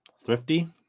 Thrifty